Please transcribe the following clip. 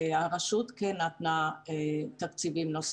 הרשות כן נתנה תקציבים נוספים.